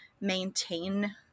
maintain